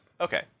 Okay